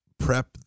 prep